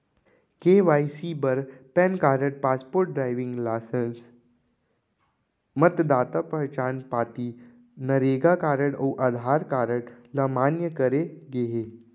KYC बर PAN card, passport, driving licence, मतदाता पहचान पाती, नरेगा कारड अउ आधार कारड ल मान्य करे गे हे